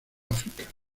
áfrica